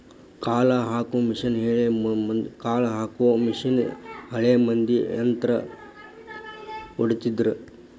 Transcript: ಕಾಳ ಹಾಕು ಮಿಷನ್ ಹಳೆ ಮಂದಿ ಯಂತ್ರಾ ಹೊಡಿತಿದ್ರ